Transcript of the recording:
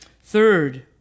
Third